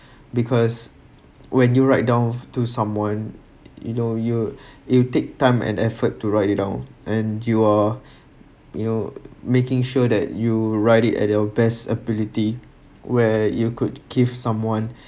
because when you write down to someone you know you you take time and effort to write it down and you're you know making sure that you write it at your best ability where you could give someone